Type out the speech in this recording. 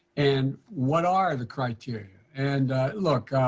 and what are the criteria? and look,